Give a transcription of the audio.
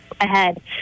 ahead